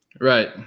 Right